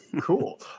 cool